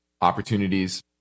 opportunities